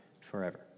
forever